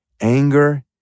anger